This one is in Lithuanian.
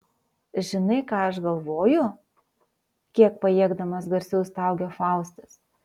žinai ką aš galvoju kiek pajėgdamas garsiau staugia faustas